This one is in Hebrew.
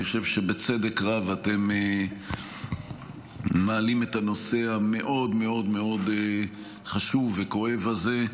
אני חושב שבצדק רב אתם מעלים את הנושא המאוד-מאוד-מאוד חשוב וכואב הזה.